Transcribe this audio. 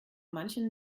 manchen